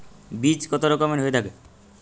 বীজ কত রকমের হয়ে থাকে?